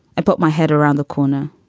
i put my head around the corner.